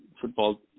football